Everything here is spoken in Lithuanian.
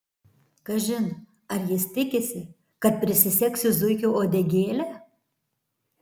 kažin ar jis tikisi kad prisisegsiu zuikio uodegėlę